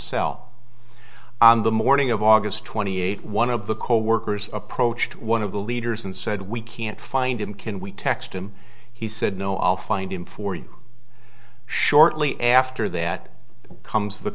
cell on the morning of august twenty eighth one of the coworkers approached one of the leaders and said we can't find him can we text him he said no i'll find him for you shortly after that comes the